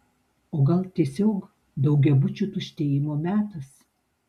o gal tiesiog daugiabučių tuštėjimo metas